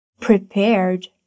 prepared